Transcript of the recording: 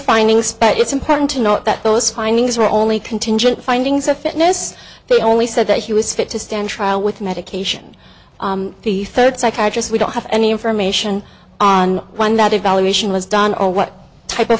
finding spot it's important to note that those findings were only contingent findings of fitness they only said that he was fit to stand trial with medication the third psychiatrist we don't have any information on when that evaluation was done or what type of